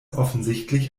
offensichtlich